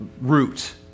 route